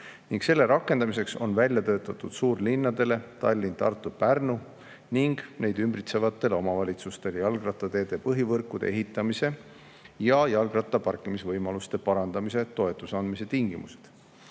Selle rakendamiseks on välja töötatud suurlinnadele Tallinn, Tartu ja Pärnu ning neid ümbritsevatele omavalitsustele jalgrattateede põhivõrkude ehitamise ja rattaparkimisvõimaluste parandamise toetuse andmise tingimused.